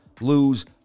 lose